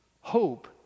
hope